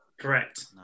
Correct